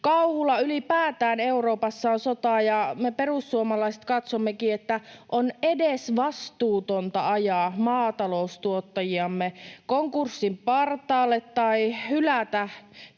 kauhulla. Ylipäätään Euroopassa on sota, ja me perussuomalaiset katsommekin, että on edesvastuutonta ajaa maataloustuottajiamme konkurssin partaalle tai hylätä